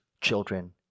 children